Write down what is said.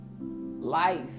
life